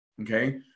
Okay